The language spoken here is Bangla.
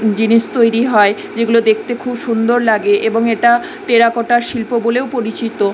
জিনিস তৈরি হয় যেগুলো দেখতে খুব সুন্দর লাগে এবং এটা টেরাকোটার শিল্প বলেও পরিচিত